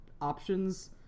options